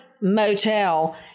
motel